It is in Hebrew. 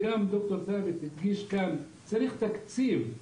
צריך תקציב,